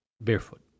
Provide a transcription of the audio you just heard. barefoot